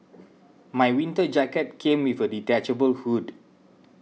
my winter jacket came with a detachable hood